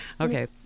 Okay